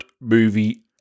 movie